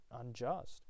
unjust